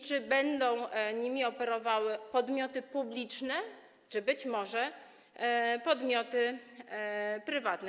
Czy będą nimi operowały podmioty publiczne czy być może podmioty prywatne?